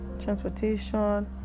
transportation